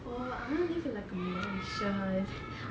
oh I want to live in like a mansion